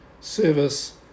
service